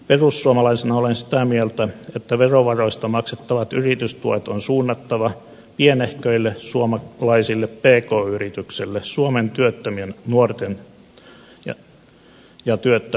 perussuomalaisena olen sitä mieltä että verovaroista maksettavat yritystuet on suunnattava pienehköille suomalaisille pk yrityksille suomen työttömien nuorten ja työttömien työllistämiseen